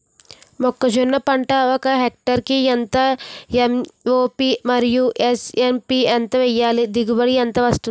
మొక్కజొన్న పంట ఒక హెక్టార్ కి ఎంత ఎం.ఓ.పి మరియు ఎస్.ఎస్.పి ఎంత వేయాలి? దిగుబడి ఎంత వస్తుంది?